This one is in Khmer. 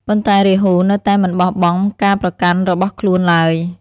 ប៉ុន្តែ រាហូនៅតែមិនបោះបង់ការប្រកាន់របស់ខ្លួនឡើយ។